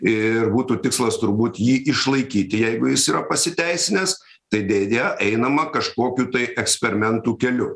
ir būtų tikslas turbūt jį išlaikyti jeigu jis yra pasiteisinęs tai deja einama kažkokiu tai eksperimentų keliu